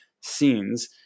scenes